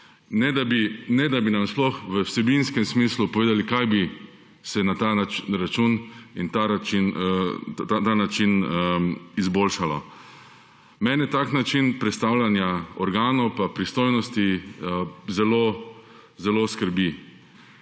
Ne da bi nam sploh v vsebinskem smislu povedali, kaj bi se na ta račun in ta način izboljšalo. Mene tak način prestavljanja organov in pristojnosti zelo skrbi.